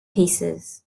pieces